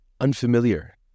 unfamiliar